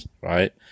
right